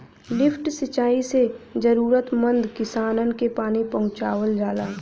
lift सिंचाई से जरूरतमंद किसानन के पानी पहुंचावल जाला